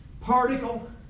particle